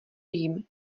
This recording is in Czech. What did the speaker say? jím